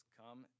come